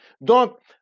Donc